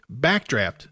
backdraft